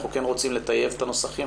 אנחנו כן רוצים לטייב את הנוסחים,